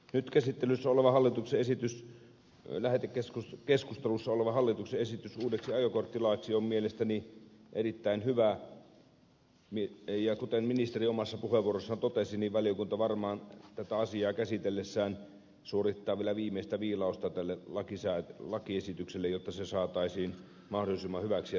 nyt käsittelyssä oleva hallituksen esitys eläkekeskus lähetekeskustelussa oleva hallituksen esitys uudeksi ajokorttilaiksi on mielestäni erittäin hyvä ja kuten ministeri omassa puheenvuorossaan totesi valiokunta varmaan tätä asiaa käsitellessään suorittaa vielä viimeistä viilausta tälle lakiesitykselle jotta se saataisiin mahdollisimman hyväksi ja toimivaksi